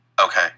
Okay